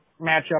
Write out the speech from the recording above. matchup